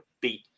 beat